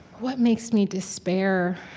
what makes me despair,